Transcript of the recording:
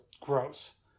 gross